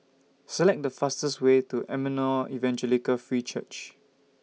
Select The fastest Way to Emmanuel Evangelical Free Church